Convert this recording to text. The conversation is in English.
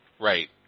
Right